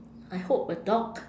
I hope a dog